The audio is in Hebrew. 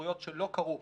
התקשרויות שלא קרו,